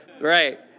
Right